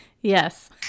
Yes